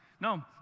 No